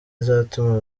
izatuma